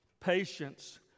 patience